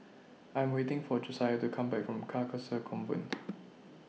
I Am waiting For Josiah to Come Back from Carcasa Convent